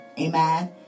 Amen